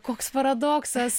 koks paradoksas